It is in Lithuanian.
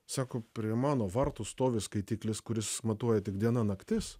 sako prie mano vartų stovi skaitiklis kuris matuoja tik diena naktis